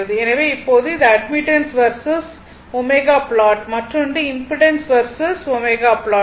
எனவே இப்போது இது அட்மிட்டன்ஸ் வெர்சஸ் ω ப்லாட் மற்றொன்று இம்பிடன்ஸ் வெர்சஸ் ω ப்லாட்